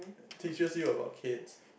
teaches you about kids